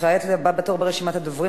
כעת לבא בתור ברשימת הדוברים,